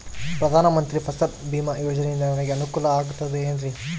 ಪ್ರಧಾನ ಮಂತ್ರಿ ಫಸಲ್ ಭೇಮಾ ಯೋಜನೆಯಿಂದ ನನಗೆ ಅನುಕೂಲ ಆಗುತ್ತದೆ ಎನ್ರಿ?